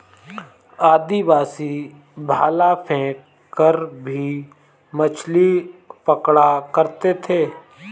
आदिवासी भाला फैंक कर भी मछली पकड़ा करते थे